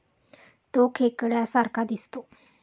तो खेकड्या सारखा दिसतो